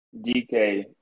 DK –